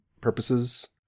purposes